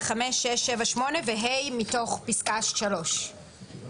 ו-ה מתוך פסקה (3).